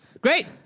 Great